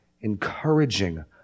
encouraging